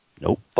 Nope